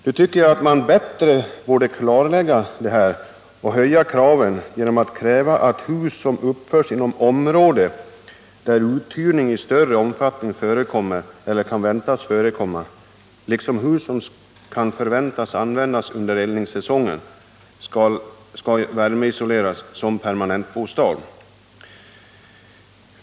Nu tycker jag att man bättre borde klarlägga det här och höja kraven genom att kräva att hus som uppförs inom område, där uthyrning i större omfattning förekommer eller kan väntas förekomma, liksom hus som kan förväntas användas under eldningssäsongen skall värmeisoleras som permanentbostad.